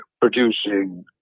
producing